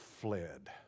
fled